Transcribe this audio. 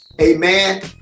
Amen